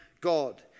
God